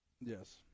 Yes